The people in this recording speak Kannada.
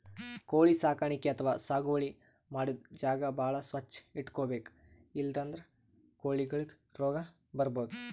ಕೋಳಿ ಸಾಕಾಣಿಕೆ ಅಥವಾ ಸಾಗುವಳಿ ಮಾಡದ್ದ್ ಜಾಗ ಭಾಳ್ ಸ್ವಚ್ಚ್ ಇಟ್ಕೊಬೇಕ್ ಇಲ್ಲಂದ್ರ ಕೋಳಿಗೊಳಿಗ್ ರೋಗ್ ಬರ್ಬಹುದ್